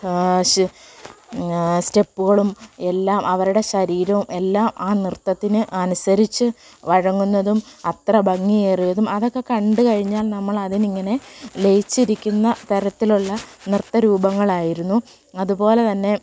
സ്റ്റെപ്പുകളും എല്ലാം അവരുടെ ശരീരവും എല്ലാം ആ നൃത്തത്തിന് അനുസരിച്ച് വഴങ്ങുന്നതും അത്ര ഭംഗിയേറിയതും അതൊക്കെ കണ്ടു കഴിഞ്ഞാൽ നമ്മളതിനെയിങ്ങനെ ലയിച്ചിരിക്കുന്ന തരത്തിലുള്ള നൃത്ത രൂപങ്ങളായിരുന്നു അതുപോലെതന്നെ